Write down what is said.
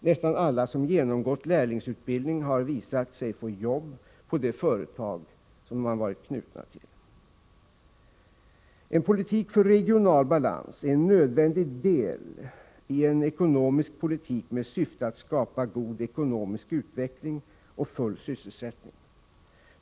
Nästan alla som genomgått lärlingsutbildning har visat sig få jobb på det företag som de varit knutna till. En politik för regional balans är en nödvändig del i en ekonomisk politik med syfte att skapa god ekonomisk utveckling och full sysselsättning.